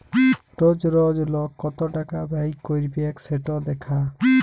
রজ রজ লক কত টাকা ব্যয় ক্যইরবেক সেট দ্যাখা